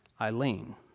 Eileen